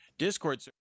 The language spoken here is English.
Discord